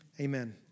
Amen